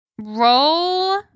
Roll